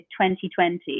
2020